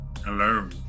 Hello